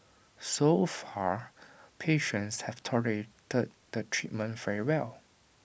so far patients have tolerated the treatment very well